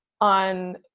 on